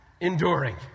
enduring